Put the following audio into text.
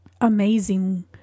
amazing